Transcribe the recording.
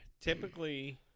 typically